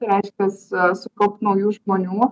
tai reiškias sukaupt naujų žmonių